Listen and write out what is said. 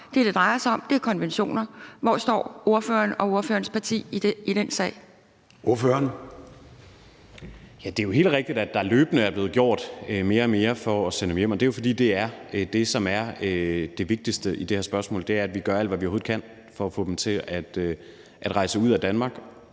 det, det drejer sig om, er konventioner. Hvor står ordføreren og ordførerens parti i den sag? Kl. 11:21 Formanden (Søren Gade): Ordføreren. Kl. 11:21 Kasper Sand Kjær (S): Det er jo helt rigtigt, at der løbende er blevet gjort mere og mere for at sende dem hjem, og det er jo, fordi det er det, som er det vigtigste i det her spørgsmål, nemlig at vi gør alt, hvad vi overhovedet kan, for at få dem til at rejse ud af Danmark.